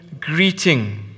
greeting